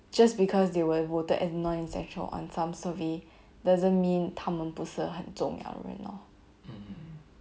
just because they were voted as non essential on some survey doesn't mean 他们不是很重要的人 lor